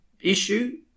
issue